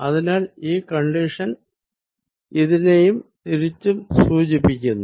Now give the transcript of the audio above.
അതിനാൽ ഈ കണ്ടിഷൻ ഇതിനെയും തിരിച്ചും സൂചിപ്പിക്കുന്നു